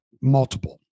multiple